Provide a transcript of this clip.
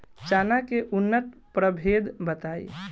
चना के उन्नत प्रभेद बताई?